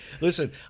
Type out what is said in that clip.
Listen